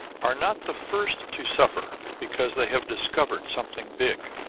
are not the first to suffer because they have discovered something big.